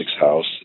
House